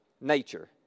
nature